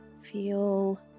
feel